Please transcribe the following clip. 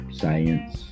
science